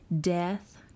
death